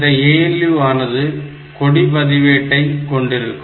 இந்த ALU ஆனது கொடி பதிவேட்டை கொண்டிருக்கும்